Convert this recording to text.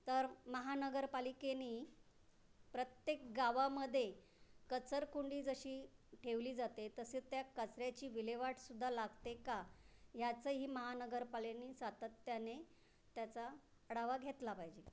तर महानगरपालिकेनी प्रत्येक गावामध्ये कचरकुंडी जशी ठेवली जाते तसे त्या कचऱ्याची विल्हेवाटसुद्धा लागते का याचंही महानगरपालेनी सातत्याने त्याचा आढावा घेतला पाहिजे